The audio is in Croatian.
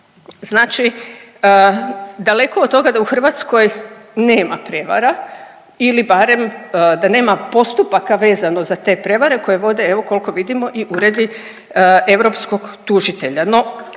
Znači, daleko od toga da u Hrvatskoj nema prevara ili barem da nema postupaka vezano za te prevare koje vode evo kolko vidimo i Uredi europskog tužitelja.